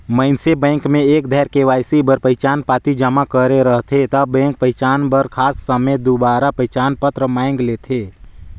मइनसे बेंक में एक धाएर के.वाई.सी बर पहिचान पाती जमा करे रहथे ता बेंक पहिचान बर खास समें दुबारा पहिचान पत्र मांएग लेथे